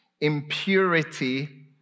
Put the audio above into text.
impurity